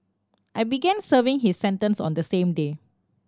he began serving his sentence on the same day